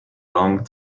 long